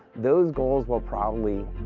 those goals will, probably,